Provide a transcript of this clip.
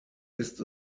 ist